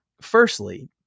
Firstly